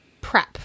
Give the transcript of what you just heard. prep